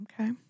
Okay